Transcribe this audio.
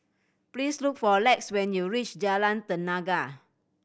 please look for Lex when you reach Jalan Tenaga